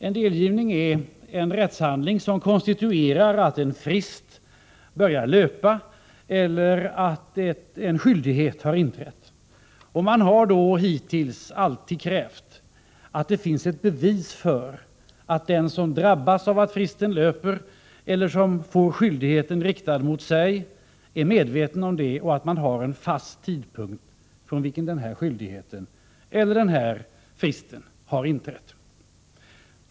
En delgivning är en rättshandling som konstituerar att en frist börjar löpa eller att en skyldighet har inträtt. Man har då hittills alltid krävt att det finns ett bevis för att den som drabbas av att fristen löper eller som får skyldigheten riktad mot sig är medveten om det och att det finns en fast tidpunkt från vilken denna frist eller skyldighet har inträtt.